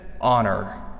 honor